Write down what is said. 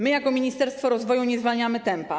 My jako Ministerstwo Rozwoju nie zwalniamy tempa.